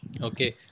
Okay